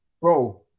bro